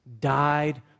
died